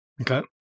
Okay